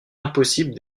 impossible